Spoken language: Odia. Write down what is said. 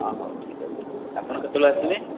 ହଁ ହେଉ ଠିକ୍ ଅଛି ଆପଣ କେତେବେଳେ ଆସିବେ